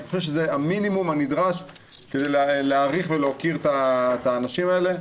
אני חושב שזה המינימום הנדרש כדי להעריך ולהוקיר את האנשים האלה.